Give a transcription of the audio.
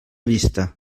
vista